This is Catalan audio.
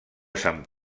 sant